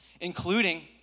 including